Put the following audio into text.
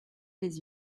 les